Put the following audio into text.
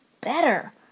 better